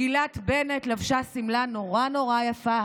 גילת בנט לבשה שמלה נורא נורא יפה,